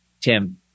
Tim